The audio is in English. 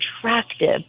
attractive